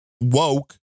woke